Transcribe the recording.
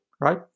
right